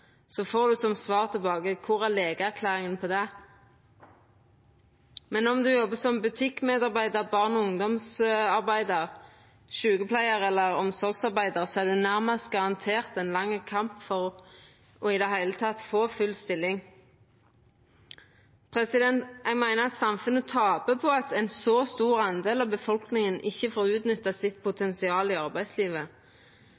får ein til svar: Kor er legeerklæringa for det? Men om ein jobbar som butikkmedarbeidar, barne- og ungdomsarbeidar, sjukepleiar eller omsorgsarbeidar, er ein nærmast garantert ein lang kamp for i det heile å få full stilling. Eg meiner at samfunnet tapar på at ein så stor del av befolkninga ikkje får utnytta potensialet sitt